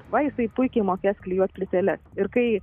va jisai puikiai mokės klijuot plyteles ir kai